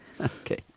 Okay